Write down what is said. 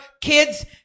kids